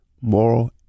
moral